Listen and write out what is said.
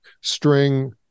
String